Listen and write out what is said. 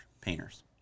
painters